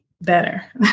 better